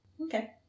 Okay